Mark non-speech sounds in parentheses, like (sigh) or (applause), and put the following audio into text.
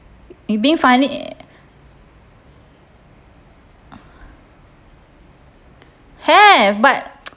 you mean finally have but (noise)